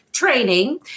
training